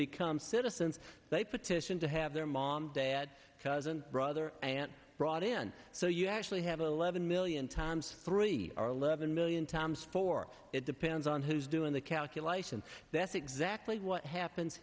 become citizens they petition to have their mom dad cousin brother aunt brought in so you actually have eleven million times three are eleven million times four it depends on who's doing the calculation that's actually what happens